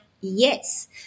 yes